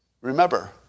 remember